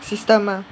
system ah